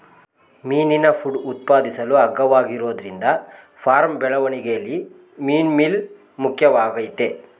ಮೀನಿನ ಫುಡ್ ಉತ್ಪಾದಿಸಲು ಅಗ್ಗವಾಗಿರೋದ್ರಿಂದ ಫಾರ್ಮ್ ಬೆಳವಣಿಗೆಲಿ ಮೀನುಮೀಲ್ ಮುಖ್ಯವಾಗಯ್ತೆ